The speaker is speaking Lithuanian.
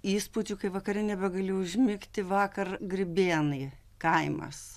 įspūdžių kai vakare nebegali užmigti vakar grybėnai kaimas